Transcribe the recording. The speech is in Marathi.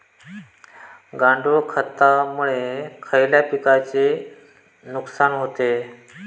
गांडूळ खतामुळे खयल्या पिकांचे नुकसान होते?